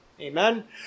Amen